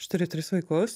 aš turiu tris vaikus